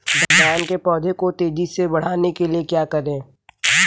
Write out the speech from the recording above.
धान के पौधे को तेजी से बढ़ाने के लिए क्या करें?